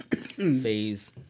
phase